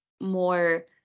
more